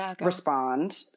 respond